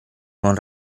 con